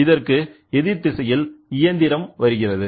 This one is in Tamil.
இதற்கு எதிர்திசையில் இயந்திரம் வருகிறது